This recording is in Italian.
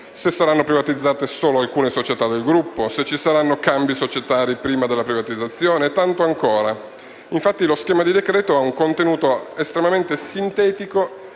se verranno privatizzate solo alcune società del gruppo, se ci saranno cambi societari prima della privatizzazione e tanto altro ancora. Infatti, lo schema di decreto ha un contenuto estremamente sintetico